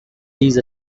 these